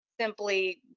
simply